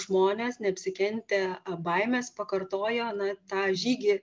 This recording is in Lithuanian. žmonės neapsikentę a baimės pakartojo na tą žygį